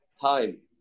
time